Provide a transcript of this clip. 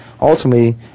ultimately